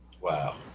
wow